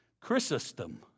Chrysostom